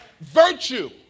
virtue